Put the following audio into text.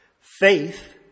Faith